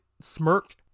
smirk